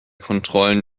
kontrollen